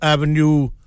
Avenue